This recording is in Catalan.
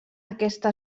aquesta